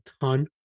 ton